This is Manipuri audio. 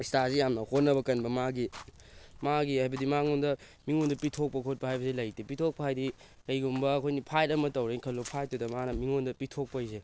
ꯑꯦꯁꯇꯥꯁꯤ ꯌꯥꯝꯅ ꯍꯣꯠꯅꯕ ꯀꯟꯕ ꯃꯥꯒꯤ ꯃꯥꯒꯤ ꯍꯥꯏꯕꯗꯤ ꯃꯉꯣꯟꯗ ꯃꯤꯉꯣꯟꯗ ꯄꯤꯊꯣꯛꯄ ꯈꯣꯠꯄ ꯍꯥꯏꯕꯁꯤ ꯂꯩꯇꯦ ꯄꯤꯊꯣꯛꯄ ꯍꯥꯏꯗꯤ ꯀꯩꯒꯨꯝꯕ ꯑꯩꯈꯣꯏꯅ ꯐꯥꯏꯠ ꯑꯃ ꯇꯧꯔꯦꯅ ꯈꯜꯂꯣ ꯐꯥꯏꯠꯇꯨꯗ ꯃꯥꯅ ꯃꯤꯉꯣꯟꯗ ꯄꯤꯊꯣꯛ ꯍꯥꯏꯁꯦ